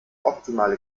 optimale